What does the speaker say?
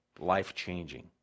life-changing